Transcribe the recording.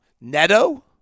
Neto